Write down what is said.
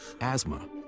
asthma